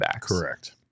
Correct